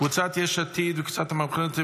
קבוצת יש עתיד וקבוצת המחנה הממלכתי,